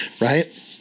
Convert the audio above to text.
right